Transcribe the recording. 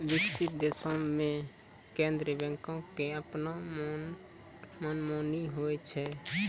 विकसित देशो मे केन्द्रीय बैंको के अपनो मनमानी होय छै